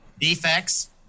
Defects